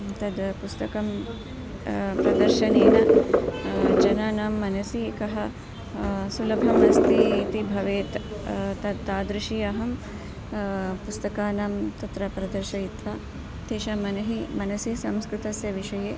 तद् पुस्तकं प्रदर्शनेन जनानां मनसि कः सुलभम् अस्ति इति भवेत् तत् तादृशानाम् अहं पुस्तकानां तत्र प्रदर्शयित्वा तेषां मनः मनसि संस्कृतस्य विषये